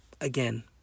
again